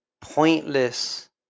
pointless